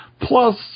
Plus